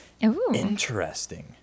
Interesting